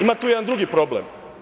Ima tu jedan drugi problem.